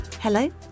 Hello